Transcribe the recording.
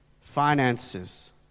Finances